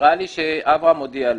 נראה לי שאברהם הודיע להם.